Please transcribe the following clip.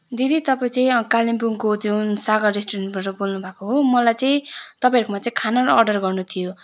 दिदी तपाईँ चाहिँ कालिम्पोङको त्यो सागर रेस्टुरेन्टबाट बोल्नुभएको हो मलाई चाहिँ तपाईँकोहरूमा चाहिँ खानाहरू अर्डर गर्नु थियो